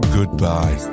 Goodbye